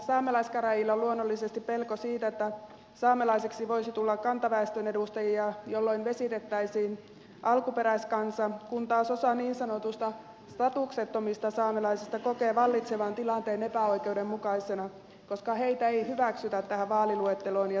saamelaiskäräjillä on luonnollisesti pelko siitä että saamelaiseksi voisi tulla kantaväestön edustajia jolloin vesitettäisiin alkuperäiskansa kun taas osa niin sanotuista statuksettomista saamelaisista kokee vallitsevan tilanteen epäoikeudenmukaisena koska heitä ei hyväksytä tähän vaaliluetteloon ja saamelaisiksi